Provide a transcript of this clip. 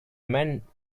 man